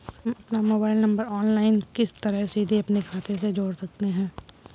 हम अपना mobile number online किस तरह सीधे अपने खाते में जोड़ सकते हैं?